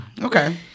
Okay